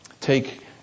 take